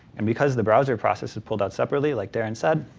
and because the browser process is pulled out separately, liked darren said,